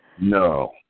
No